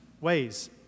ways